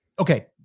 Okay